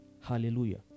Hallelujah